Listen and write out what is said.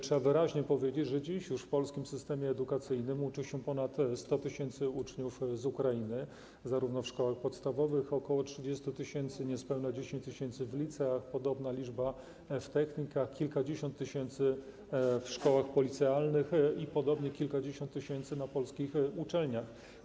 Trzeba wyraźnie powiedzieć, że dziś już w polskim systemie edukacyjnym uczy się ponad 100 tys. uczniów z Ukrainy - w szkołach podstawowych ok. 30 tys., niespełna 10 tys. w liceach, podobna liczba w technikach, kilkadziesiąt tysięcy w szkołach policealnych i podobnie kilkadziesiąt tysięcy na polskich uczelniach.